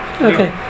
Okay